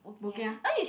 bo kia